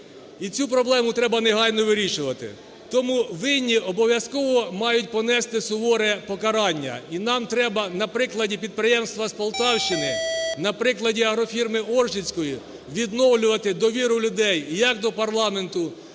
І цю проблему треба негайно вирішувати. Тому винні обов'язково мають понести суворе покарання, і нам треба на прикладі підприємства з Полтавщини, на прикладі агрофірми "Оржицької" відновлювати довіру людей як до парламенту,